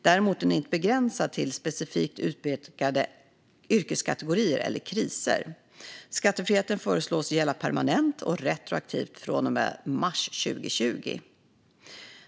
Däremot är den inte begränsad till specifikt utpekade yrkeskategorier eller kriser. Skattefriheten föreslås gälla permanent och retroaktivt från och med mars 2020.